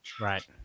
Right